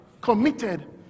committed